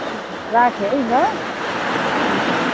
हुन्छ राखेँ है ल हुन्छ